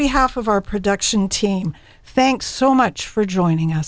behalf of our production team thanks so much for joining u